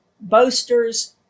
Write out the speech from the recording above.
boasters